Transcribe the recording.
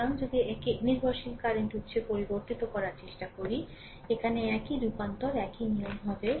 সুতরাং যদি একে নির্ভরশীল কারেন্ট উৎসে পরিবর্তিত করার চেষ্টা করি এখানে একই রূপান্তর একই নিয়ম হবে